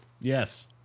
Yes